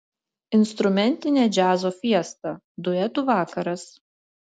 instrumentinė džiazo fiesta duetų vakaras